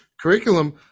curriculum